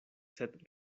sed